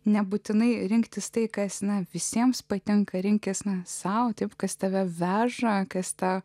nebūtinai rinktis tai kas ne visiems patinka rinkis ne sau taip kas tave veža kas tą